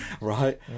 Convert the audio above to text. right